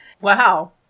Wow